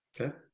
okay